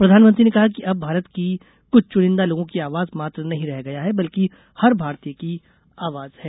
प्रधानमंत्री ने कहा कि अब भारत कुछ चुनिंदा लोगों की आवाज मात्र नहीं रह गया है बल्कि हर भारतीय की आवाज है